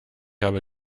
habe